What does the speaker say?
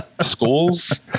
schools